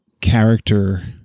character